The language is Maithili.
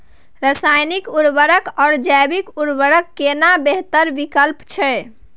रसायनिक उर्वरक आ जैविक उर्वरक केना बेहतर विकल्प छै?